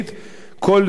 כל זה חשוב,